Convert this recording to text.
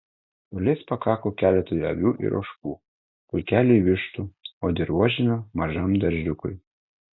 žolės pakako keletui avių ir ožkų pulkeliui vištų o dirvožemio mažam daržiukui